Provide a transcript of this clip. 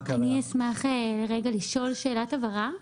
(אומרת דברים בשפת הסימנים, להלן תרגומם: